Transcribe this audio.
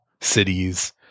cities